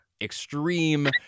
extreme